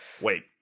Wait